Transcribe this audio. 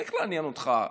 צריך לעניין אותך,